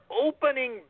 opening